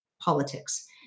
politics